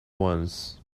once